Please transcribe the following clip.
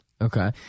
okay